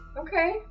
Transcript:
Okay